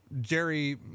Jerry